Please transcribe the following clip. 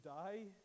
die